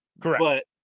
correct